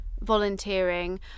volunteering